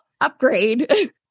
upgrade